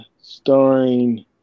starring